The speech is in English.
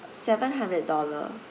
uh seven hundred dollar